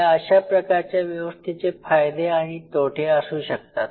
या अशा प्रकारच्या व्यवस्थेचे फायदे आणि तोटे असू शकतात